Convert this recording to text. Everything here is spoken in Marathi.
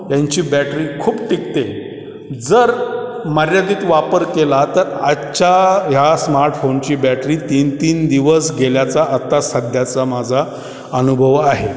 यांची बॅटरी खूप टिकते जर मर्यादित वापर केला तर आजच्या ह्या स्मार्टफोनची बॅटरी तीन तीन दिवस गेल्याचा आत्ता सध्याचा माझा अनुभव आहे